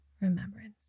remembrance